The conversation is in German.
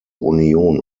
union